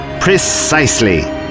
Precisely